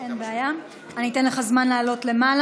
אין בעיה, אני אתן לך זמן לעלות למעלה.